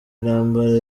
intambara